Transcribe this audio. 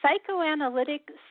psychoanalytic